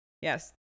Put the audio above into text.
yes